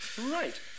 Right